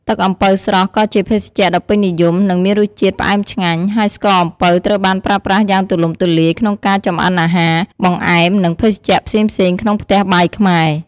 ទឹកអំពៅស្រស់ ក៏ជាភេសជ្ជៈដ៏ពេញនិយម និងមានរសជាតិផ្អែមឆ្ងាញ់ ហើយស្ករអំពៅត្រូវបានប្រើប្រាស់យ៉ាងទូលំទូលាយក្នុងការចម្អិនអាហារ បង្អែម និងភេសជ្ជៈផ្សេងៗក្នុងផ្ទះបាយខ្មែរ។